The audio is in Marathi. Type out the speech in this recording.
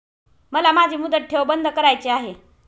मला माझी मुदत ठेव बंद करायची आहे